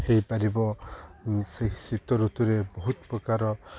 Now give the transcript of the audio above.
ହେଇପାରିବ ସେହି ଶୀତ ଋତୁରେ ବହୁତ ପ୍ରକାର